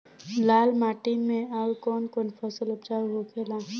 लाल माटी मे आउर कौन कौन फसल उपजाऊ होखे ला?